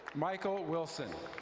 michael wilson.